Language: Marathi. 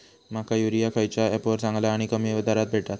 माका युरिया खयच्या ऍपवर चांगला आणि कमी दरात भेटात?